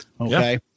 Okay